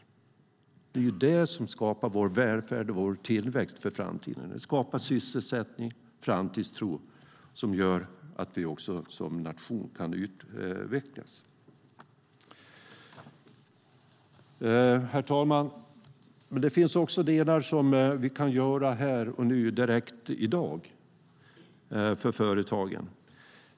Det är ju det som skapar vår välfärd och vår tillväxt för framtiden. Det skapar sysselsättning och framtidstro som gör att vi också som nation kan utvecklas. Herr talman! Det finns också delar som vi kan göra direkt i dag för företagen.